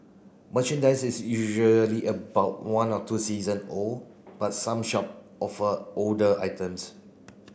merchandise is usually about one to two season old but some shop offer older items